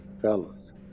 fellas